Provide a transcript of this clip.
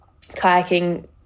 kayaking